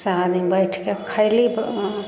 सब आदमी बैठके खयली फेर वहाँ